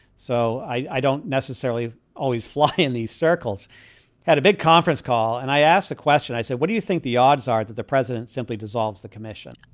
so i i don't necessarily always fly in these circles at a big conference call. and i asked the question. i said, what do you think the odds are that the president simply dissolves the commission?